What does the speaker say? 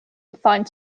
find